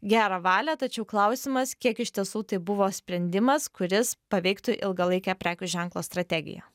gerą valią tačiau klausimas kiek iš tiesų tai buvo sprendimas kuris paveiktų ilgalaikę prekių ženklo strategiją